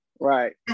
Right